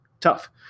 tough